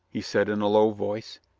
he said in a low voice.